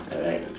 alright